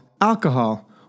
alcohol